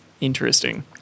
interesting